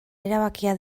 erabakia